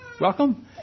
Welcome